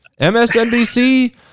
MSNBC